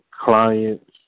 clients